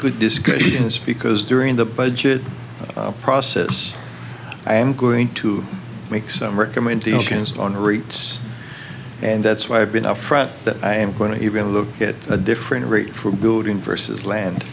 good discussions because during the budget process i am going to make some recommendations on rates and that's why i've been upfront that i i'm going to even look at a different rate for building versus land